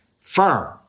Firm